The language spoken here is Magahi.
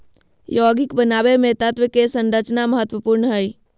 यौगिक बनावे मे तत्व के संरचना महत्वपूर्ण हय